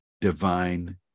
divine